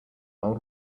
old